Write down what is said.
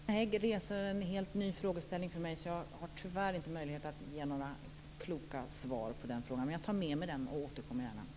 Fru talman! Carina Hägg tar upp en för mig helt ny frågeställning, så jag har tyvärr inte möjlighet att ge några kloka svar. Men jag tar med mig frågan och återkommer gärna.